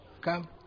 Come